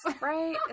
right